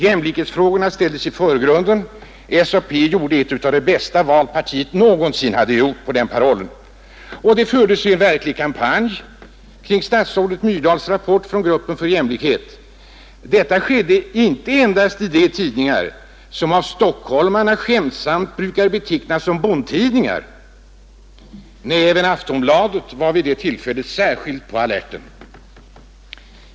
Jämlikhetsfrågorna ställdes i förgrunden och SAP gjorde på den parollen ett av de bästa val partiet någonsin gjort. Det fördes en verklig kampanj kring statsrådet Myrdals rapport från gruppen för jämlikhet. Detta skedde inte endast i de tidningar som av stockholmare skämtsamt brukar betecknas som ”bonntidningar”. Även Aftonbladet var vid det tillfället särskilt på alerten.